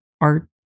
art